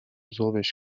ذوبش